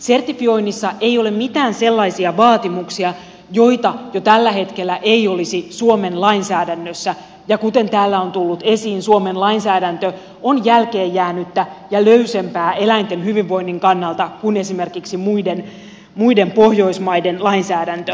sertifioinnissa ei ole mitään sellaisia vaatimuksia joita jo tällä hetkellä ei olisi suomen lainsäädännössä ja kuten täällä on tullut esiin suomen lainsäädäntö on jälkeen jäänyttä ja löysempää eläinten hyvinvoinnin kannalta kuin esimerkiksi muiden pohjoismaiden lainsäädäntö